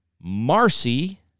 Marcy